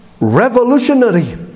revolutionary